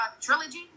trilogy